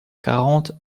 quarante